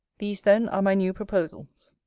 these, then, are my new proposals.